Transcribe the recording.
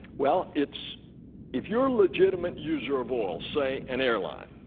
well, it's if you're a legitimate user of oil, say an airline,